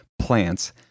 plants